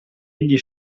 egli